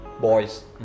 boys